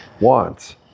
wants